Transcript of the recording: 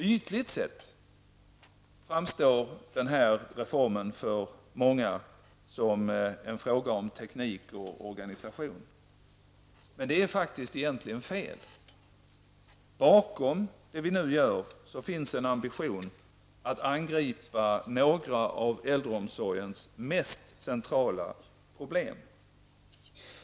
Ytligt sett framstår denna reform för många som en fråga om teknik och organisation. Men det är egentligen fel. Bakom det vi nu gör finns en ambition att angripa några av äldreomsorgens mest centrala problem.